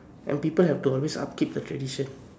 and people have to always upkeep the tradition